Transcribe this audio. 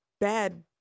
bad